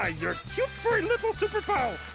ah your cute, furry little super pal,